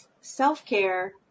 self-care